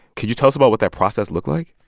could you tell us about what that process looked like?